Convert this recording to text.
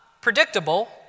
predictable